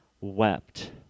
wept